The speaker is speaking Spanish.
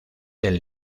del